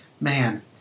Man